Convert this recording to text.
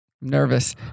Nervous